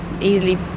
easily